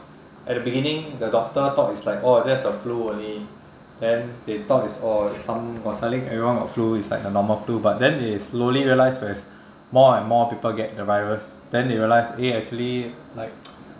at the beginning the doctor thought it's like oh just a flu only then they thought it's oh it's some !wah! suddenly everyone got flu it's like the normal flu but then they slowly realised there is more and more people get the virus then they realised eh actually like